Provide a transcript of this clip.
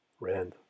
Rand